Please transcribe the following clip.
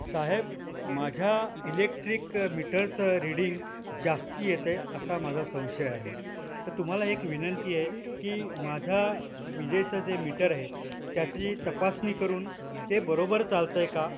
साहेब माझ्या इलेक्ट्रिक मीटरचं रिडिंग जास्त येतं आहे असा माझा संशय आहे तर तुम्हाला एक विनंती आहे की माझ्या विजेचं जे मीटर आहे त्याची तपासणी करून ते बरोबर चालत आहे का